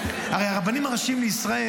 הרי הרבנים הראשיים לישראל,